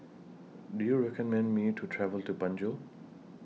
Do YOU recommend Me to travel to Banjul